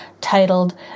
titled